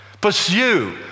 pursue